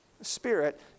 Spirit